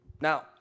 Now